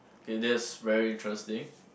okay that's very interesting